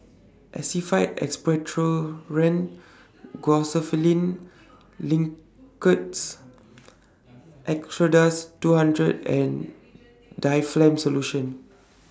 Actified Expectorant Linctus Acardust two hundred and Difflam Solution